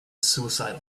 suicidal